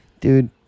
dude